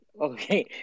okay